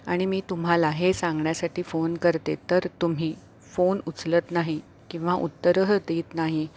आणि मी तुम्हाला हे सांगण्यासाठी फोन करते तर तुम्ही फोन उचलत नाही किंवा उत्तरही देत नाही